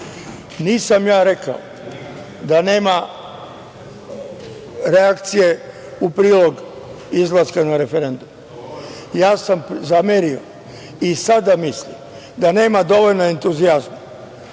Nisam ja rekao da nema reakcije u prilog izlaska na referendum. Ja sam zamerio i sada mislim da nema dovoljno entuzijazma.U